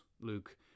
luke